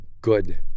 good